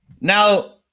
Now